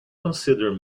consider